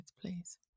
please